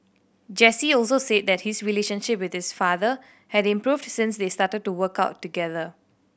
Jesse also said that his relationship with his father had improved since they started to work out together